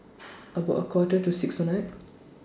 about A Quarter to six tonight